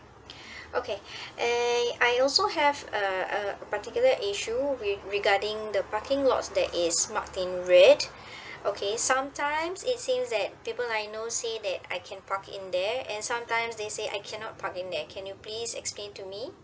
okay and I also have a a particular issue with regarding the parking lots that is mark in red okay sometimes it seems that people I know say that I can park in there and sometimes they say I cannot park in there can you please explain to me